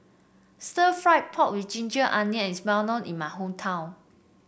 Stir Fried Pork with Ginger Onions is well known in my hometown